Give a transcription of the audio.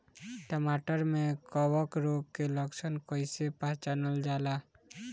टमाटर मे कवक रोग के लक्षण कइसे पहचानल जाला?